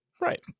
right